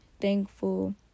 thankful